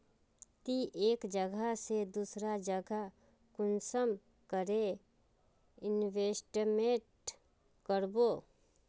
ती एक जगह से दूसरा जगह कुंसम करे इन्वेस्टमेंट करबो?